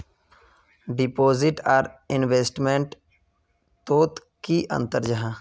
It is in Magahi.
डिपोजिट आर इन्वेस्टमेंट तोत की अंतर जाहा?